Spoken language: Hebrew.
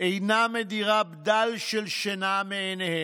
אינה מדירה כל שינה מעיניהם.